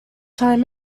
time